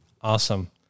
Awesome